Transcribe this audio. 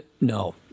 No